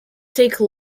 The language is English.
take